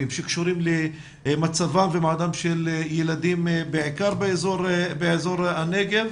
שקשורים למצבם ומעמדם של ילדים בעיקר באזור הנגב.